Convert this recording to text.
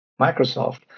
Microsoft